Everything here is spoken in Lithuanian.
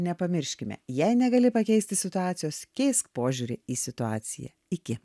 nepamirškime jei negali pakeisti situacijos keisk požiūrį į situaciją iki